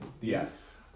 Yes